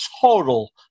total